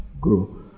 Grow